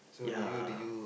ya